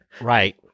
Right